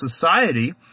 society